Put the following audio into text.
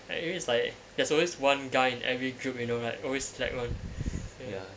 you know there's like there's always one guy in every group you know right that's always slack [one] ya